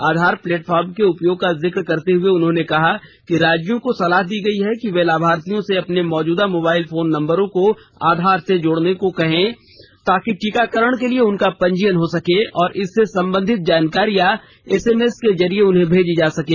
आधार platform के उपयोग का जिक्र करते हुए उन्होंने कहा कि राज्यों को सलाह दी गयी है कि वे लाभार्थियों से अपने मौजूदा मोबाइल फोन नम्बरों को आधार से जोड़ लेने को कहें ताकि टीकाकरण के लिए उनका पंजीयन हो सके और इससे संबंधित जानकारियां एसएमएस के जरिये उन्हें भेजी जा सकें